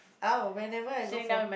oh whenever I go for